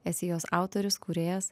esi jos autorius kūrėjas